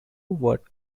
word